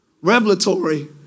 revelatory